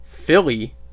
philly